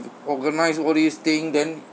organise all these thing then